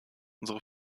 unsere